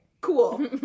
cool